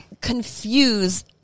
confuse